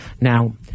Now